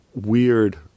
weird